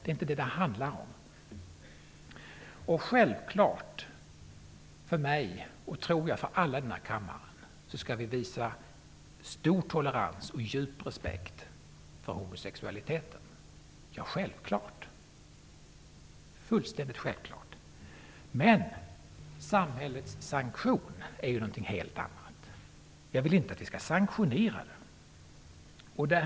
Det är inte vad det handlar om. Det är självklart för mig, och jag tror det är självklart för alla i denna kammare, att vi skall visa stor tolerans och djup respekt för homosexualitet. Det är fullständigt självklart. Men samhällets sanktion är någonting helt annat. Jag vill inte att vi skall sanktionera homosexualitet.